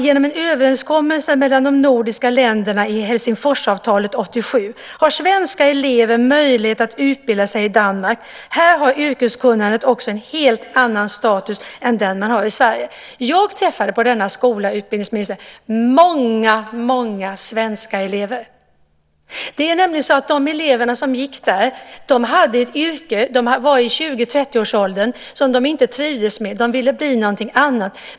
Genom en överenskommelse mellan de nordiska länderna i Helsingforsavtalet 1987 har svenska elever möjlighet att utbilda sig i Danmark. Där har yrkeskunnandet en helt annan status än i Sverige. Jag träffade på denna skola, utbildningsministern, många svenska elever. De elever som då gick där var i 20-30-årsåldern och hade redan ett yrke som de dock inte trivdes med, och de ville bli något annat.